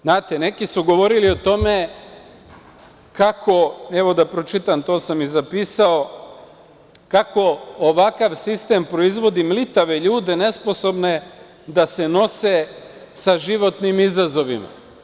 Znate, neki su govorili o tome kako, evo da pročitam, to sam i zapisao, ovakav sistem proizvodi mlitave ljude, nesposobne da se nose sa životnim izazovima.